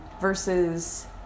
versus